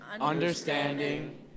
understanding